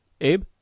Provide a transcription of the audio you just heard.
Abe